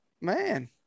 man